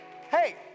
hey